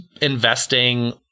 investing